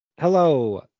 Hello